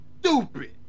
Stupid